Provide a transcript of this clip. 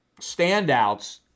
standouts